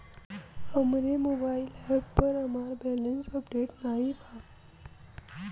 हमरे mobile app पर हमार बैलैंस अपडेट नाई बा